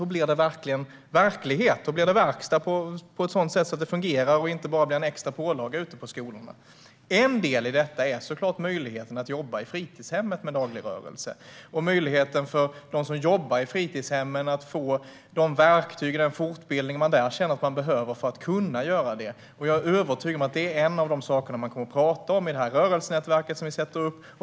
Hur blir det verkligen verklighet och verkstad på ett sådant sätt att det fungerar och inte bara blir en extra pålaga ute på skolorna? En del i detta är såklart möjligheten att jobba i fritidshemmen med daglig rörelse. Det handlar om möjligheten för dem som jobbar i fritidshemmen att få de verktyg och den fortbildning man där känner att man behöver för att kunna göra detta. Jag är övertygad om att det är en av de saker man kommer att tala om i det rörelsenätverk som vi sätter upp.